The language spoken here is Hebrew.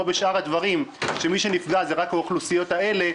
כמו בשאר הדברים שמי שנפגע זה רק האוכלוסיות האלו,